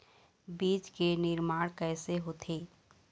बीज के निर्माण कैसे होथे?